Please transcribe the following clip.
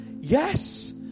yes